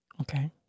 Okay